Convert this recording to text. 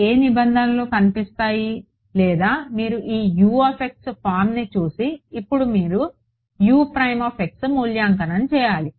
ఏ నిబంధనలు కనిపిస్తాయి లేదా మీరు ఈ U ఫారమ్ని చూసి ఇప్పుడు మీరు మూల్యాంకనం చేయాలి